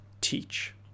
teach